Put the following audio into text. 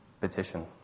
Petition